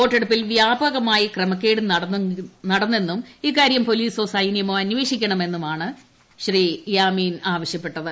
വോട്ടെടുപ്പിൽ വ്യാപകമായി ക്രമക്കേട് നടന്നെന്നും ഇക്കാരൃം പോലീസോ സൈനൃമോ അന്വേഷിക്കണമെന്നുമാണ് യാമീൻ ആവശ്യപ്പെട്ടത്